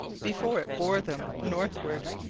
before it bore them northward.